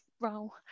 role